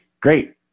Great